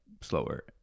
slower